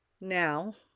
Now